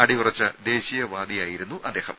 അടിയുറച്ച ദേശീയ വാദിയായിരുന്നു അദ്ദേഹം